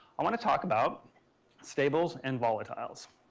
i want to talk about stables and volatiles.